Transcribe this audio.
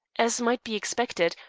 as might be expected,